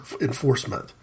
enforcement